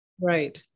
Right